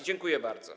Dziękuję bardzo.